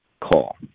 Call